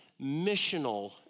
missional